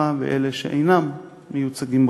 ואלה שאינם מיוצגים בקואליציה.